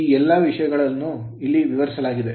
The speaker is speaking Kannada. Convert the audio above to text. ಈ ಎಲ್ಲಾ ವಿಷಯಗಳನ್ನು ಇಲ್ಲಿ ವಿವರಿಸಲಾಗಿದೆ